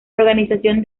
organización